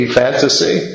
fantasy